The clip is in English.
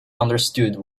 understood